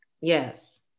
Yes